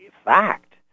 fact